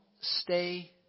stay